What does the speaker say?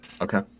Okay